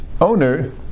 owner